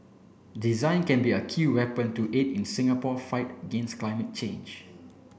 design can be a key weapon to aid in Singapore fight against climate change